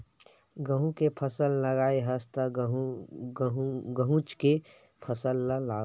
गहूँ के फसल लगाए हस त गहूँच के फसल ल लूबे